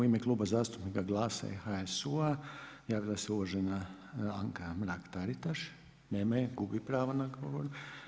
U ime Kluba zastupnika GLAS-a u HSU-a javila se uvažena Anka Mrak-Taritaš, nema je, gubi pravo na govor.